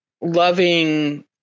loving